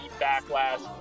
backlash